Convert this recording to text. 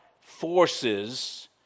forces